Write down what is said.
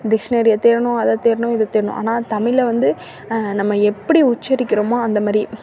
டிக்ஷனரியை தேடணும் அதை தேடணும் ஆனால் தமிழை வந்து நம்ம எப்படி உச்சரிக்கிறமோ அந்தமாதிரி